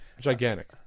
Gigantic